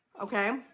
Okay